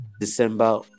december